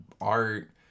art